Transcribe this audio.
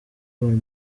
urban